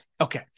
Okay